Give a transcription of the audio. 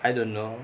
I don't know